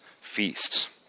feast